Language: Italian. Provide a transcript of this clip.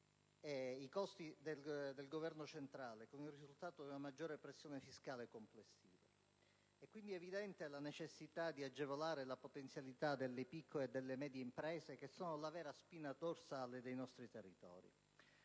i costi del Governo centrale, con il risultato di una maggiore pressione fiscale complessiva. È quindi evidente la necessità di agevolare le potenzialità delle piccole e medie imprese, che sono la vera spina dorsale dei nostri territori.